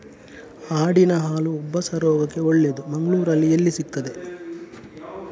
ಆಡಿನ ಹಾಲು ಉಬ್ಬಸ ರೋಗಕ್ಕೆ ಒಳ್ಳೆದು, ಮಂಗಳ್ಳೂರಲ್ಲಿ ಎಲ್ಲಿ ಸಿಕ್ತಾದೆ?